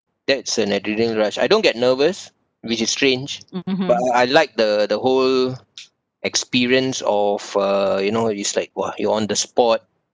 that's an adrenaline rush I don't get nervous which is strange but I like the the whole experience of a you know it's like !wah! you on the spot